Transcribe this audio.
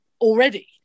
already